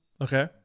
Okay